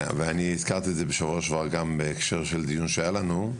ואני הזכרתי את זה בשבוע שעבר גם בדיון שהיה לנו,